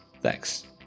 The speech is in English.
Thanks